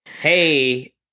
Hey